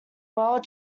world